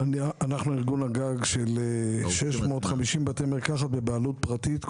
אנחנו ארגון הגג של 650 בתי מרקחת בבעלות פרטית,